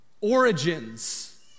origins